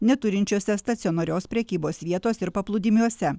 neturinčiose stacionarios prekybos vietos ir paplūdimiuose